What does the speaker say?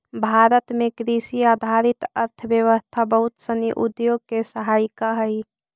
भारत में कृषि आधारित अर्थव्यवस्था बहुत सनी उद्योग के सहायिका हइ